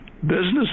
business